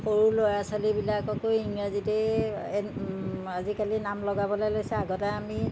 সৰু ল'ৰা ছোৱালীবিলাককো ইংৰাজীতে আজিকালি নাম লগাবলৈ লৈছে আগতে আমি